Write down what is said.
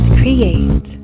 create